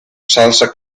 salsa